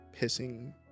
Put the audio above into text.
pissing